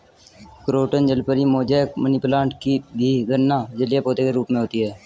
croton जलपरी, mosaic, money plant की भी गणना जलीय पौधे के रूप में होती है